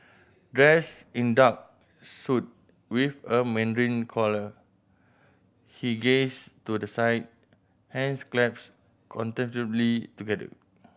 dressed in dark suit with a mandarin collar he gazed to the side hands clasped contemplatively together